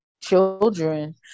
children